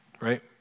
right